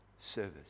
service